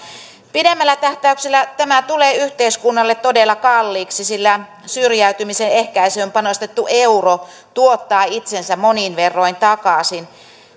pidemmällä tähtäyksellä tämä tulee yhteiskunnalle todella kalliiksi sillä syrjäytymisen ehkäisyyn panostettu euro tuottaa itsensä monin verroin takaisin